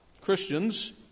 Christians